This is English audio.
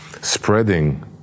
spreading